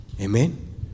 Amen